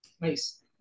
Nice